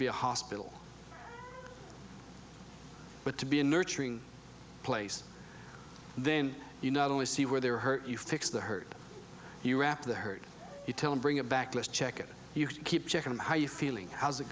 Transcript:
be a hospital but to be a nurturing place then you not only see where they're hurt you fix the hurt you wrap the hurt you tell them bring it back to check it you keep checking on how you feeling how's it